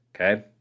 Okay